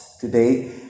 today